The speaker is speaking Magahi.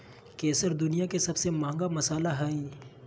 केसर दुनिया के सबसे महंगा मसाला हइ